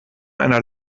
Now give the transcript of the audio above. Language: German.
einer